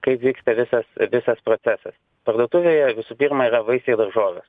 kaip vyksta visas visas procesas parduotuvėje visų pirma yra vaisiai daržovės